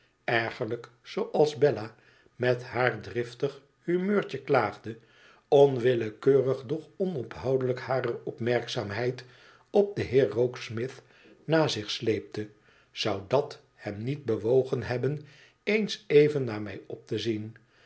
ergerlijk zooals bella met haar driftig humeurtje klaagde onwillekeurig doch onophoudelijk harer opmerkzaamheid op den heer rokesmith na zich sleepte zou dat hem niet bewogen hebben eens even naar mij op te zien